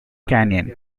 canyon